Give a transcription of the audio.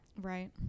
Right